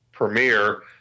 premiere